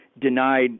denied